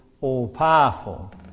all-powerful